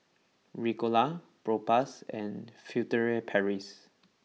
Ricola Propass and Furtere Paris